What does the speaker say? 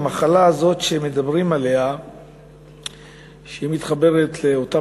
המחלה הזאת שמדברים עליה מתחברת לאותה